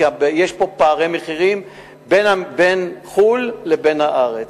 כי יש פה פערי מחירים בין חו"ל לבין הארץ,